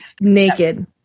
naked